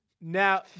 now